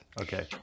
okay